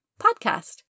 podcast